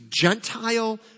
Gentile